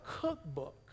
cookbook